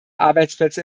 arbeitsplätze